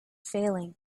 failing